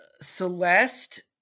Celeste